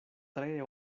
tre